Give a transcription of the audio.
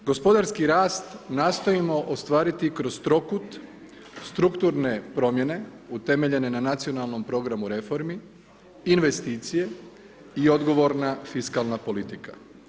Gospodarski rast nastojimo ostvariti kroz trokut, strukturne promjene utemeljene na nacionalnom programu reformi, investicije i odgovorna fiskalna politika.